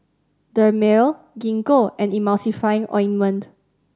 Dermale Gingko and Emulsying Ointment